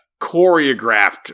choreographed